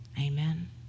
Amen